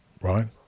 right